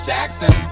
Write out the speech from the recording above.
Jackson